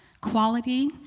quality